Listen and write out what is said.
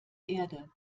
erde